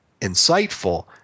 insightful